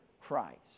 Christ